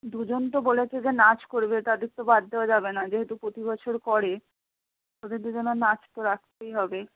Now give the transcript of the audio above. দুজন তো বলেছে যে নাচ করবে তাদের তো বাদ দেওয়া যাবে না যেহেতু প্রতি বছর করে ওদের দুজনের নাচ তো রাখতেই হবে